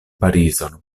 parizon